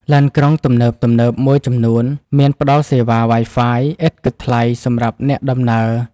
ឡានក្រុងទំនើបៗមួយចំនួនមានផ្តល់សេវា Wi-Fi ឥតគិតថ្លៃសម្រាប់អ្នកដំណើរ។